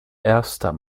erster